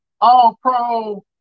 all-pro